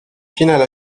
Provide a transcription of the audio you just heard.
finale